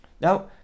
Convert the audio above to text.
Now